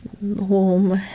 warm